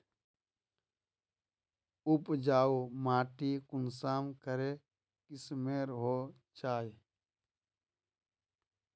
उपजाऊ माटी कुंसम करे किस्मेर होचए?